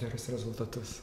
gerus rezultatus